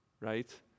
right